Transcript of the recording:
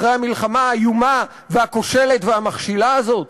אחרי המלחמה האיומה והכושלת והמכשילה הזאת,